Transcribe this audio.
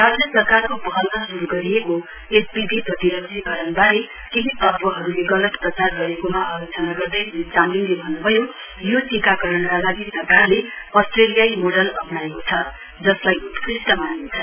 राज्य सरकारको पहलमा श्रू गरिएको एमपीभी प्रतिरक्षीकरणबारे केही तत्वहरूले गलत प्रचार गरेकोमा आलोजना गर्दै श्री चामलिङले भन्न्भयो यो टिकाकरणका लागि सरकारले अष्ट्रेलियाइ मोडल अप्नाएको छ जसलाई उत्कृष्ट मानिन्छ